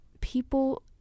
people